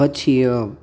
પછી